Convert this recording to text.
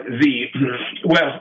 the—well